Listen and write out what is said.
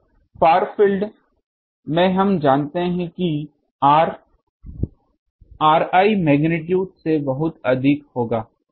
और far field में हम जानते हैं कि r ri मैग्नीट्यूड से बहुत अधिक होगा